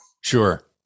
sure